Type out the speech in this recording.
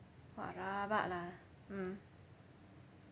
!wah! rabak lah mm